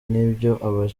nibyo